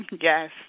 Yes